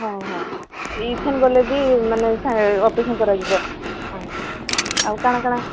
ହଁ ହଁ ଏବେ ଗଲେ ବି ମାନେ ସାଙ୍ଗେ ଅପରେସନ କରାଯିବ ହଁ ଆଉ କ'ଣ କ'ଣ